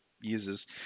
uses